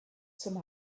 zum